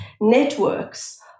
networks